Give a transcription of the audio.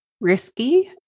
risky